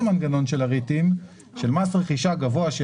של הראשון.